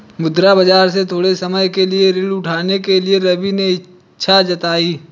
मुद्रा बाजार से थोड़े समय के लिए ऋण उठाने के लिए रवि ने इच्छा जताई